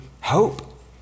hope